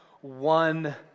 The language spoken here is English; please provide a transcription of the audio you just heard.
one